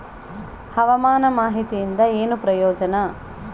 ಹವಾಮಾನ ಮಾಹಿತಿಯಿಂದ ಏನು ಪ್ರಯೋಜನ?